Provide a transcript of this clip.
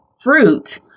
fruit